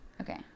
okay